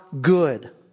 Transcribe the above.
good